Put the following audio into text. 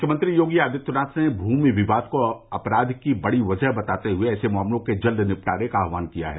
मुख्यमंत्री योगी आदित्यनाथ ने भूमि विवाद को अपराध की बड़ी वज़ह बताते हुए ऐसे मामलों के जल्द निपटारे का आह्वान किया है